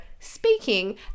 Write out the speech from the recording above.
speaking